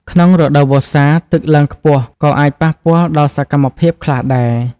ក្នុងរដូវវស្សា ទឹកឡើងខ្ពស់ក៏អាចប៉ះពាល់ដល់សកម្មភាពខ្លះដែរ។